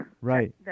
Right